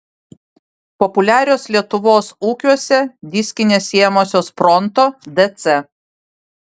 populiarios lietuvos ūkiuose diskinės sėjamosios pronto dc